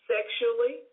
Sexually